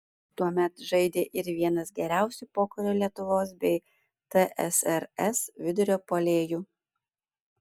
tuomet žaidė ir vienas geriausių pokario lietuvos bei tsrs vidurio puolėjų